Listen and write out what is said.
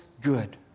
good